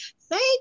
thank